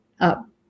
up